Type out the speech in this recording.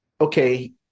okay